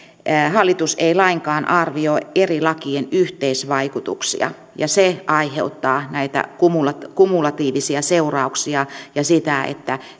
hallitus ei lainkaan arvioi eri lakien yhteisvaikutuksia ja se aiheuttaa näitä kumulatiivisia seurauksia ja sitä että